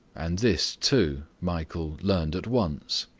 and this, too, michael learned at once.